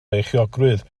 beichiogrwydd